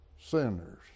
sinners